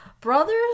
brother's